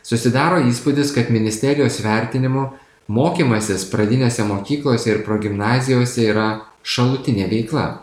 susidaro įspūdis kad ministerijos vertinimu mokymasis pradinėse mokyklose ir progimnazijose yra šalutinė veikla